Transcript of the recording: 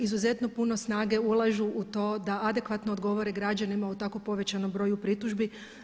Izuzetno puno snage ulažu u to da adekvatno odgovore građanima u tako povećanom broju pritužbi.